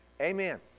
amen